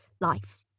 life